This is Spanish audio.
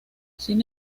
sin